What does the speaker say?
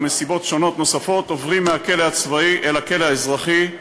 או שמסיבות שונות נוספות עוברים מהכלא הצבאי אל הכלא האזרחי.